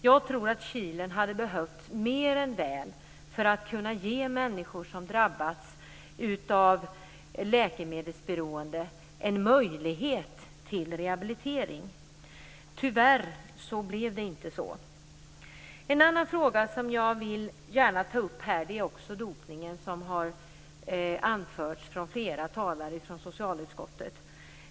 Jag tror att Kilen hade behövts mer än väl för att människor som drabbats av läkemedelsberoende skall kunna få en möjlighet till rehabilitering. Tyvärr blev det inte så. En annan fråga jag gärna vill ta upp är dopningen, som flera talare från socialutskottet har anfört.